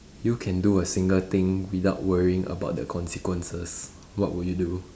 you can do a single thing without worrying about the consequences what would you do